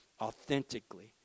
authentically